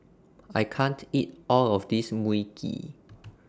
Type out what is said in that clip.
I can't eat All of This Mui Kee